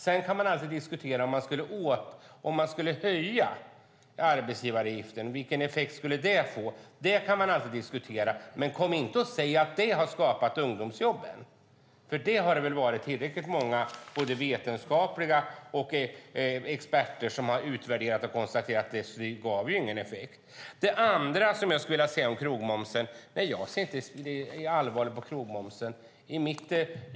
Sedan kan man alltid diskutera vilken effekt det skulle få om man höjde arbetsgivaravgiften. Det kan man alltid diskutera. Men kom inte och säg att sänkningen av arbetsgivaravgiften har skapat ungdomsjobben. Det har varit tillräckligt många vetenskapliga utredningar och experter som har utvärderat och konstaterat att den inte gav någon effekt. Det andra som jag skulle vilja säga är att jag inte ser allvarligt på krogmomsen.